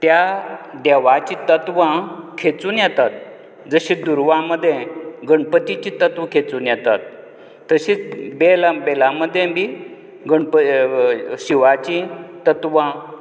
त्या देवाचीं तत्वां खेचून येतात जशीं दुर्वां मदे गणपतीचीं तत्वां खेचून येतात तशींच बेल बेलांमदीं बी गणप शिवाचीं तत्वां